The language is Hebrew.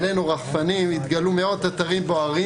העלינו רחפנים והתגלו מאות אתרים בוערים